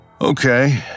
Okay